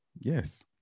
Yes